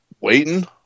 Waiting